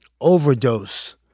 overdose